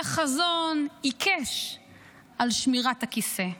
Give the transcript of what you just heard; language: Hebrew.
אלא חזון עיקש על שמירת הכיסא.